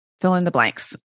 fill-in-the-blanks